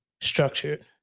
structured